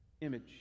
image